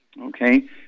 okay